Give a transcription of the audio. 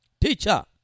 Teacher